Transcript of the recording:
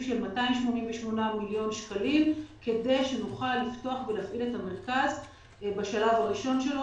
של 288 מיליון שקלים כדי שנוכל לפתוח ולהפעיל את המרכז בשלב הראשון שלו,